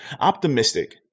optimistic